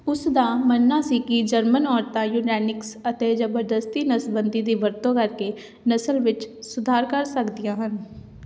ਉਸ ਦਾ ਮੰਨਣਾ ਸੀ ਕਿ ਜਰਮਨ ਔਰਤਾਂ ਯੂਜੈਨਿਕਸ ਅਤੇ ਜ਼ਬਰਦਸਤੀ ਨਸਬੰਦੀ ਦੀ ਵਰਤੋਂ ਕਰਕੇ ਨਸਲ ਵਿੱਚ ਸੁਧਾਰ ਕਰ ਸਕਦੀਆਂ ਹਨ